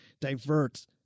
divert